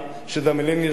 שזה המיליה שלה,